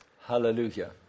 Hallelujah